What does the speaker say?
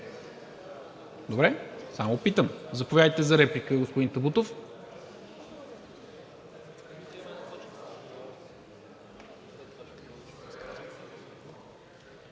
Добре. Заповядайте за реплика, господин Табутов.